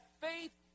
faith